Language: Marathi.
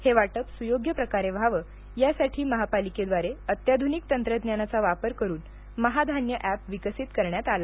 हे वाटप स्योग्य प्रकारे व्हावे यासाठी महापालिकेद्वारे अत्याध्निक तंत्रज्ञानाचा वापर करून महाधान्य एप विकसित करण्यात आलं